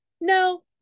no